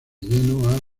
lleno